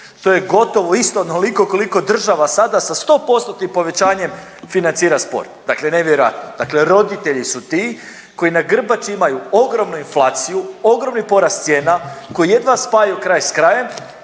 To je gotovo isto onoliko koliko država sada koliko država sada sa 100 postotnim povećanjem financira sport. Dakle nevjerojatno. Dakle roditelji su ti koji na grbači imaju ogromnu inflaciju, ogromni porast cijena, koji jedva spajaju kraj s krajem